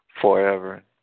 forever